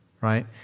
right